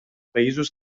països